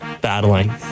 Battling